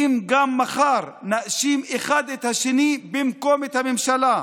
אם גם מחר נאשים אחד את השני במקום את הממשלה,